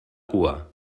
cua